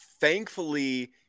thankfully